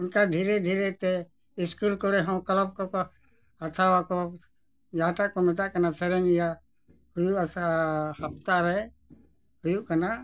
ᱚᱱᱠᱟ ᱫᱷᱤᱨᱮ ᱫᱷᱤᱨᱮ ᱛᱮ ᱥᱠᱩᱞ ᱠᱚᱨᱮ ᱦᱚᱸ ᱠᱞᱟᱥ ᱠᱚᱠᱚ ᱦᱟᱛᱟᱣ ᱟᱠᱚ ᱡᱟᱦᱟᱸᱴᱟᱜ ᱠᱚ ᱢᱮᱛᱟᱜ ᱠᱟᱱᱟ ᱥᱮᱨᱮᱧ ᱤᱭᱟᱹ ᱦᱩᱭᱩᱜᱼᱟ ᱥᱮ ᱦᱟᱯᱛᱟ ᱨᱮ ᱦᱩᱭᱩᱜ ᱠᱟᱱᱟ